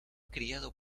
criado